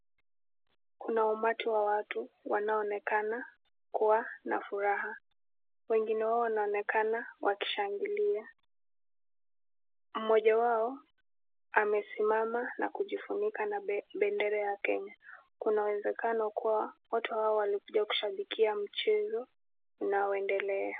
Kuna umati wa watu unaonekana kuwa na furaha. Wengune wao wanaonekana wakishangilia. Mmoja wao amesimama na kujifunika na bendera ya Kenya. Kuna uwezekano kuwa watu wamekuja kushambikia mchezo unaoendelea.